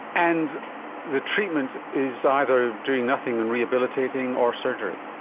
and the treatment is either doing nothing and rehabilitating or surgery.